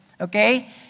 okay